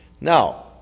Now